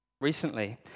recently